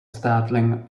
startling